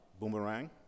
Boomerang